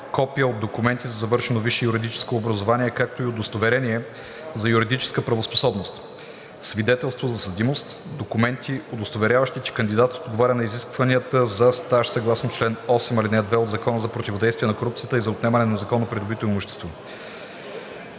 копие от документи за завършено висше юридическо образование, както и удостоверение за юридическа правоспособност; - свидетелство за съдимост; - документи, удостоверяващи, че кандидатът отговаря на изискванията за стаж съгласно чл. 8, ал. 2 от Закона за противодействие на корупцията и за отнемане на незаконно придобитото имущество;